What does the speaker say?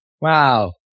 Wow